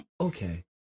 Okay